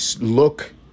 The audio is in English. look